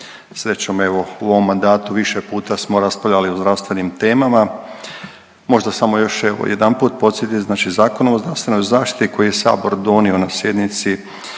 Srećom evo u ovom mandatu više puta smo raspravljali o zdravstvenim temama, možda samo još evo jedanput podsjetit, znači Zakon o zdravstvenoj zaštiti koji je sabor donio na sjednici